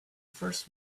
first